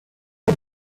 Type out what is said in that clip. red